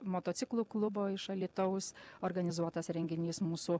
motociklų klubo iš alytaus organizuotas renginys mūsų